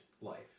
life